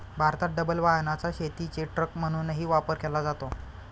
भारतात डबल वाहनाचा शेतीचे ट्रक म्हणूनही वापर केला जातो